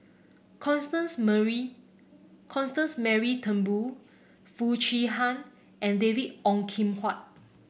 Constance Mary Constance Mary Turnbull Foo Chee Han and David Ong Kim Huat